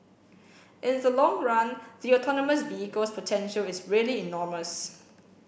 in the long run the autonomous vehicles potential is really enormous